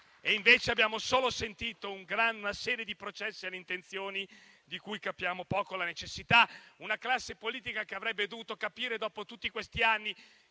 mentre abbiamo sentito solo una serie di processi alle intenzioni di cui capiamo poco la necessità. La classe politica avrebbe dovuto capire, dopo tutti questi anni,